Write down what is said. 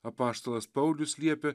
apaštalas paulius liepė